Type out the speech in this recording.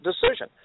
decision